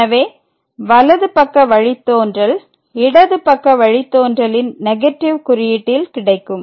எனவே வலது பக்க வழித்தோன்றல் இடது பக்க வழித்தோன்றலின் நெகட்டிவ் குறியீட்டில் கிடைக்கும்